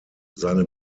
seine